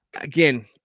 again